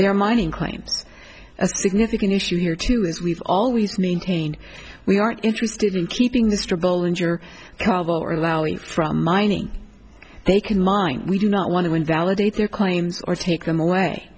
their mining claims a significant issue here too is we've always maintained we aren't interested in keeping the struggle injure kabul or allowing from mining they can mine we do not want to invalidate their claims or take them away